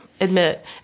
admit